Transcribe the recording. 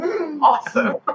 awesome